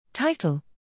Title